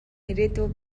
ирээдүй